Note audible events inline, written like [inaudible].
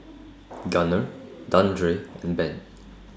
[noise] Gunner Dandre and Ben